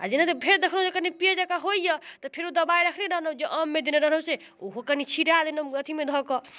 आओर जेनाहिते फेर देखलहुँ जे कनि पिअर जकाँ होइए तऽ फेरो दवाइ रखने रहलहुँ जे आममे देने रहलहुँ से ओहो कनि छीटि देलहुँ अथीमे धऽ कऽ